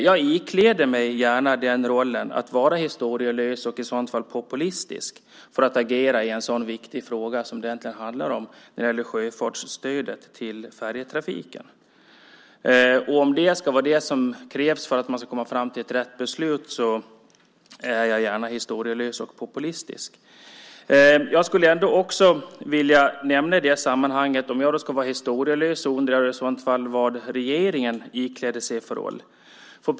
Jag ikläder mig gärna rollen att vara historielös och i så fall populistisk för att agera i en så viktig fråga som det handlar om när det gäller sjöfartsstödet till färjetrafiken. Om det är det som krävs för att man ska komma fram till rätt beslut så är jag gärna historielös och populistisk. Jag skulle också i det sammanhanget vilja nämna en sak. Om jag skulle vara historielös så undrar jag i så fall vad regeringen ikläder sig för roll.